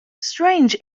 strange